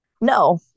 No